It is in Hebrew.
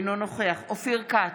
אינו נוכח אופיר כץ,